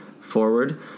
forward